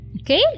okay